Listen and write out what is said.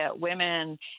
women